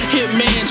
Hitman